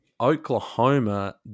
Oklahoma